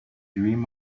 dream